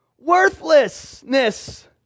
worthlessness